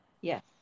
Yes